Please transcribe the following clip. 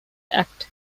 act